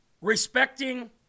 Respecting